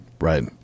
Right